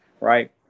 right